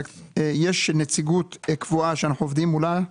יש נציגות קבועה שאנחנו עובדים מולה,